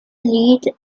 lead